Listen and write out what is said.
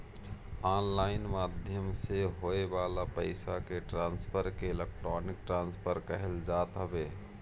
online माध्यम से होए वाला पईसा के ट्रांसफर के इलेक्ट्रोनिक ट्रांसफ़र कहल जात हवे